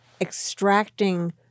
extracting